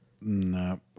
No